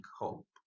hope